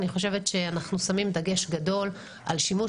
אני חושבת שאנחנו שמים דגש גדול על שימוש